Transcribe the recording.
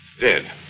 Dead